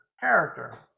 Character